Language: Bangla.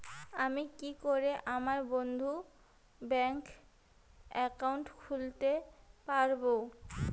আমি কি করে আমার বন্ধ ব্যাংক একাউন্ট খুলতে পারবো?